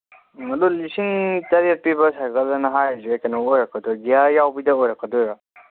ꯑꯗꯨ ꯂꯤꯁꯤꯡ ꯇꯔꯦꯠꯄꯤꯕ ꯁꯥꯏꯀꯜꯑꯅ ꯍꯥꯏꯁꯦ ꯀꯩꯅꯣ ꯑꯣꯏꯔꯛꯇꯣꯏꯔꯣ ꯒ꯭ꯌꯥꯔ ꯌꯥꯎꯕꯤꯗ ꯑꯣꯏꯔꯛꯀꯗꯣꯏꯔꯣ